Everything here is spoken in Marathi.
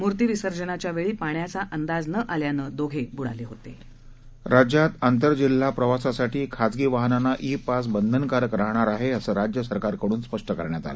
मूर्ती विसर्जनाच्या वळी पाण्याचा अंदाज न आल्यानं दोघब्रिडालहित राज्यात आंतरजिल्हा प्रवासासाठी खाजगी वाहनांना ई पास बंधनकारक राहणार आह असं राज्यसरकारकडून स्पष्ट करण्यात आलं